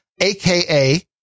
aka